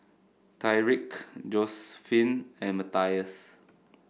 Tyrique Josiephine and Matthias